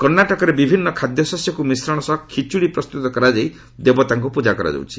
କର୍ଣ୍ଣାଟକରେ ବିଭିନ୍ନ ଖାଦ୍ୟଶସ୍ୟକୁ ମିଶ୍ରଣ ସହ ଖେଚୁଡ଼ି ପ୍ରସ୍ତୁତ କରାଯାଇ ଦେବତାଙ୍କୁ ପୂଜା କରାଯାଉଛି